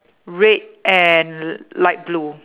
red and light blue